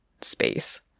space